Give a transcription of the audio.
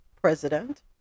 president